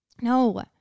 No